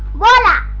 la la